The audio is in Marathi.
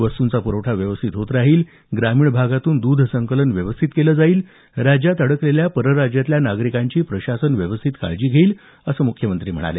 वस्तुंचा पुरवठा व्यवस्थित होत राहील ग्रामीण भागातून द्ध संकलन व्यवस्थित केलं जाईल राज्यात अडकलेल्या परराज्यातल्या नागरिकांची प्रशासन व्यवस्थित काळजी घेईल असं मुख्यमंत्री म्हणाले